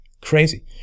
Crazy